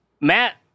Matt